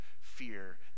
fear